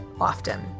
often